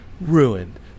ruined